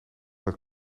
met